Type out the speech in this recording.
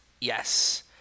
Yes